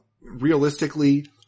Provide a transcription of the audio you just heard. realistically